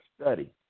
study